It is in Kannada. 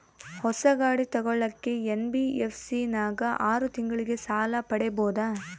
ಹೊಸ ಗಾಡಿ ತೋಗೊಳಕ್ಕೆ ಎನ್.ಬಿ.ಎಫ್.ಸಿ ನಾಗ ಆರು ತಿಂಗಳಿಗೆ ಸಾಲ ಪಡೇಬೋದ?